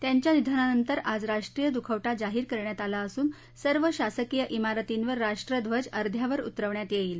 त्यांच्या निधनानंतर आज राष्ट्रीय दुखवटा जाहीर करण्यात आला असून सर्व शासकीय विारतींवर राष्ट्रध्वज अध्यावर उतरवण्यात येईल